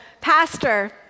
Pastor